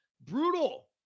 Brutal